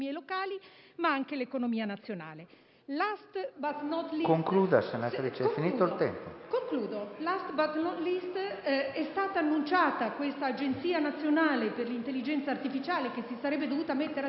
ma anche l'economia nazionale.